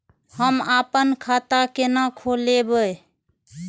हम आपन खाता केना खोलेबे?